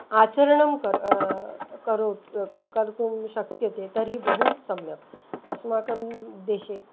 आचरणं कर्तुं करोति कर्तुं शक्यते तर्हि बहु सम्यक् अस्माकं देशे